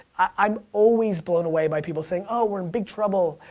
i'm always blown away by people saying, oh, we're in big trouble.